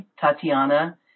Tatiana